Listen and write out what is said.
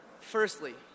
Firstly